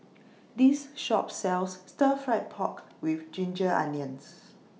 This Shop sells Stir Fried Pork with Ginger Onions